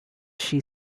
she